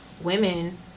women